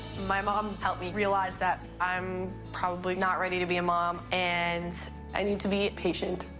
my mom helped me realize that i'm probably not ready to be a mom, and i need to be patient.